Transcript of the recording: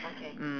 mm